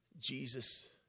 Jesus